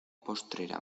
postrera